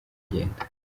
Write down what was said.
kugenda